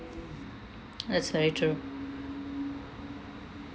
that's very true